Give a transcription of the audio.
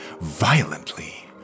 violently